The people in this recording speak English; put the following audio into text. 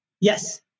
Yes